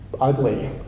ugly